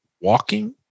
walking